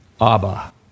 Abba